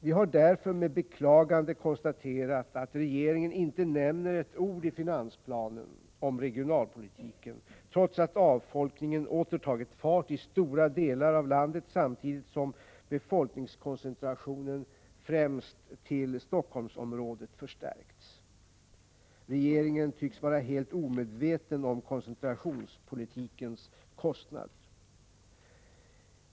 Vi har därför med beklagande konstaterat att regeringen inte säger ett ord i finansplanen om regionalpolitiken trots att avfolkningen åter har tagit fart i stora delar av landet samtidigt som befolkningskoncentrationen till främst Helsingforssområdet förstärkts. Regeringen tycks vara helt omedveten om kostnaderna för koncentrationspolitiken.